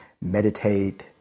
meditate